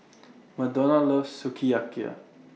Modena loves Sukiyaki